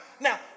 now